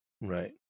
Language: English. Right